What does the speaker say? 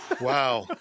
Wow